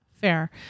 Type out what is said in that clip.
Fair